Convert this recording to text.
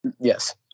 Yes